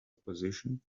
position